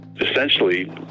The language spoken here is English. Essentially